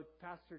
Pastor